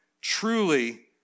Truly